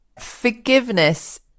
Forgiveness